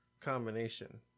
combination